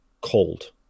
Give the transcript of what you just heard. cold